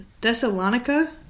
Thessalonica